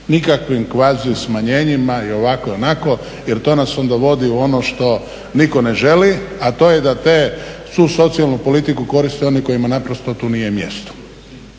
Nikakvim kvazi smanjenjima i ovako i onako jer to nas onda vodi u ono što nitko ne želi, a to je da tu socijalnu politiku koriste oni kojima tu naprosto nije mjesto.